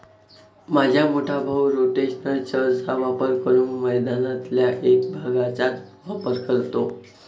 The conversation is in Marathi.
माझा मोठा भाऊ रोटेशनल चर चा वापर करून मैदानातल्या एक भागचाच वापर करतो